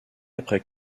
après